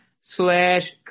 slash